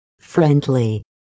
Friendly